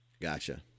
Gotcha